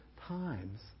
times